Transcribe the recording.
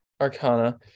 Arcana